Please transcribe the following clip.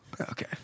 Okay